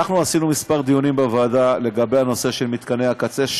אנחנו קיימנו כמה דיונים בוועדה על הנושא של מתקני הקצה,